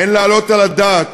אין להעלות על הדעת